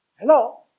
Hello